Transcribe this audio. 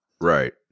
right